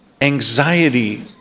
anxiety